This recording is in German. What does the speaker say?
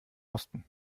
osten